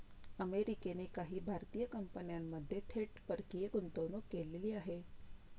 अमेरिकेने काही भारतीय कंपन्यांमध्ये थेट परकीय गुंतवणूक केलेली आहे